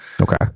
Okay